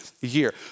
year